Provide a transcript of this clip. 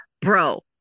bro